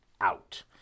out